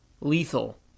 lethal